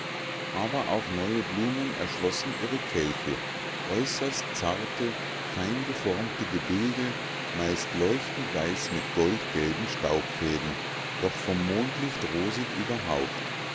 aber auch neue blumen erschlossen ihre kelche äußerst zarte feingeformte gebilde meist leuchtend weiß mit goldgelben staubfäden doch vom mondlicht rosig überhaucht